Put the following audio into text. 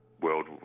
world